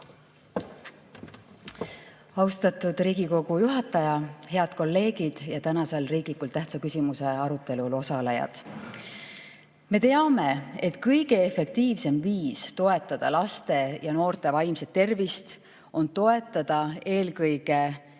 Austatud Riigikogu juhataja! Head kolleegid ja tänasel riiklikult tähtsa küsimuse arutelul osalejad! Me teame, et kõige efektiivsem viis toetada laste ja noorte vaimset tervist on toetada eelkõige